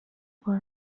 بار